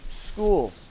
schools